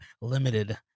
limited